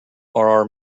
our